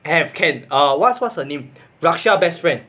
have can err what's what's her name raksha best friend